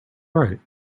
right